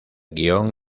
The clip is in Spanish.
guion